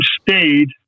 stayed